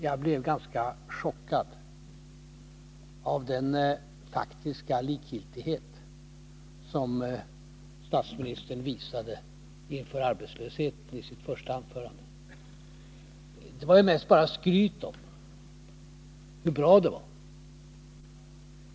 Jag blev ganska chockad av den faktiska likgiltighet som statsministern visade frågan om arbetslösheten i sitt första anförande. Det var ju mest bara skryt om hur bra det är.